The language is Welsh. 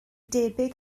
debyg